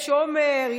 יש עמר,